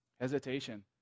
Hesitation